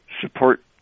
support